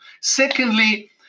Secondly